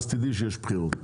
תדעי שיש בחירות.